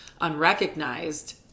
unrecognized